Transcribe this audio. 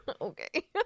Okay